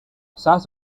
such